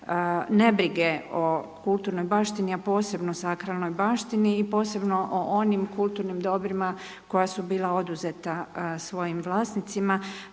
ne brige o kulturnoj baštini a posebno sakralnoj baštini i posebno o onim kulturnim dobrima koja su bila oduzeta svojim vlasnicima.